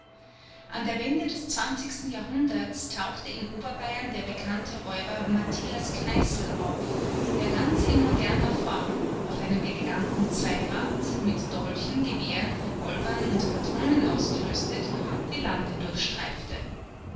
an der wende des zwanzigsten jahrhunderts tauchte in oberbayern der bekannte räuber matthias kneißl auf der ganz in moderner form auf einem eleganten zweirad mit dolchen gewehren revolvern und patronen ausgerüstet die lande durchstreifte